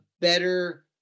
better